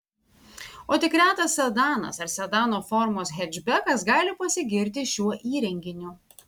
o tik retas sedanas ar sedano formos hečbekas gali pasigirti šiuo įrenginiu